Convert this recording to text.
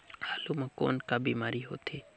आलू म कौन का बीमारी होथे?